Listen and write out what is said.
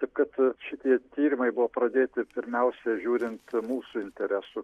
taip kad šitie tyrimai buvo pradėti pirmiausia žiūrint mūsų interesų